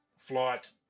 flight